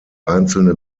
einzelne